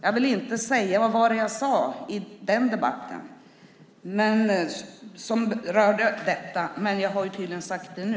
Jag vill inte säga: Vad var det jag sade i den debatten, som rörde detta? Men jag har tydligen sagt det nu.